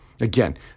Again